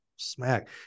Smack